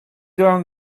down